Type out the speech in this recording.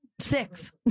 Six